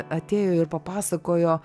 atėjo ir papasakojo